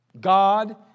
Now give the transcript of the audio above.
God